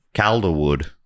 Calderwood